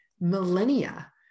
millennia